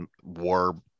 war